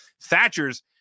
Thatcher's